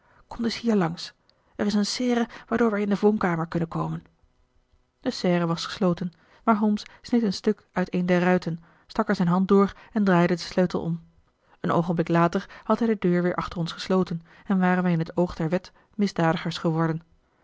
kom dus hier langs er is een serre waardoor wij in de woonkamer kunnen komen de serre was gesloten maar holmes sneed een stuk uit een der ruiten stak er zijn hand door en draaide den sleutel om een oogenblik later had hij de deur weer achter ons gesloten en waren wij in het oog der wet misdadigers geworden